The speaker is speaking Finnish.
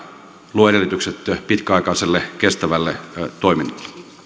luo edellytykset pitkäaikaiselle kestävälle toiminnalle